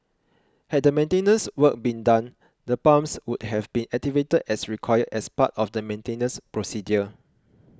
had the maintenance work been done the pumps would have been activated as required as part of the maintenance procedure